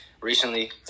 recently